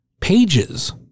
pages